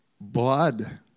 Blood